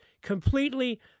completely